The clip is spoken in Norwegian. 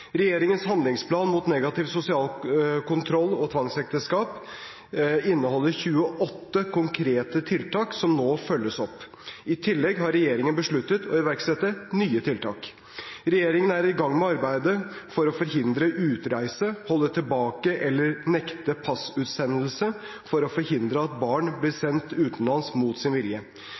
Regjeringens handlingsplan mot negativ sosial kontroll, tvangsekteskap og kjønnslemlestelse inneholder 28 konkrete tiltak som nå følges opp. I tillegg har regjeringen besluttet å iverksette nye tiltak. Regjeringen er i gang med arbeidet for å forhindre utreise, holde tilbake eller nekte passutstedelse for å forhindre at barn blir sendt utenlands mot sin vilje.